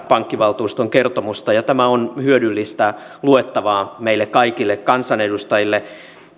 pankkivaltuuston kertomusta ja tämä on hyödyllistä luettavaa meille kaikille kansanedustajille